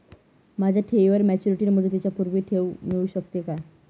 माझ्या ठेवीवर मॅच्युरिटी मुदतीच्या पूर्वी ठेव मिळू शकते का?